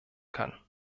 kann